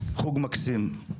חוג מקסים.